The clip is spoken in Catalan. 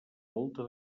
volta